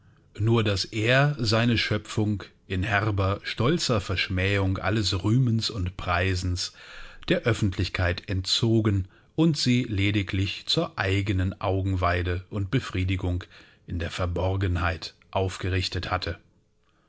nur daß er seine schöpfung in herber stolzer verschmähung alles rühmens und preisens der oeffentlichkeit entzogen und sie lediglich zur eigenen augenweide und befriedigung in der verborgenheit aufgerichtet hatte